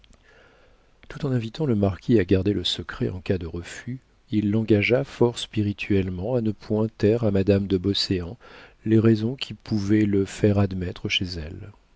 tout en invitant le marquis à garder le secret en cas de refus il l'engagea fort spirituellement à ne point taire à madame de beauséant les raisons qui pouvaient le faire admettre chez elle